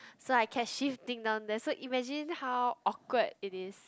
so I kept shifting down there so imagine how awkward it is